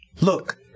Look